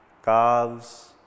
calves